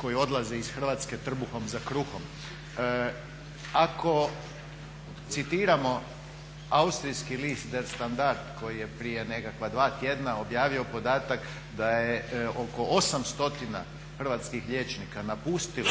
koji odlaze iz Hrvatske trbuhom za kruhom. Ako citiramo austrijski list Der Standard koji je prije nekakva dva tjedna objavio podatak da je oko 800 hrvatskih liječnika napustilo